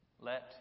let